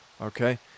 okay